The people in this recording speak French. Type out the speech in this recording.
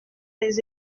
des